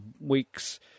weeks